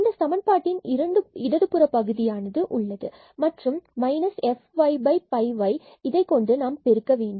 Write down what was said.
இந்த சமன்பாட்டின் இடதுபுற பகுதியானது உள்ளது மற்றும் fyy இதை கொண்டு பெருக்க வேண்டும்